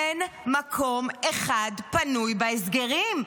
אין מקום אחד פנוי בהסגרים.